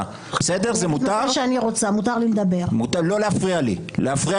אסור לך להפריע לי.